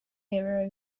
hero